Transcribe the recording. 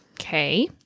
Okay